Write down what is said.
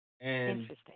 Interesting